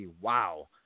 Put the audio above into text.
wow